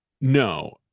no